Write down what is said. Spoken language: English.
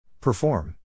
Perform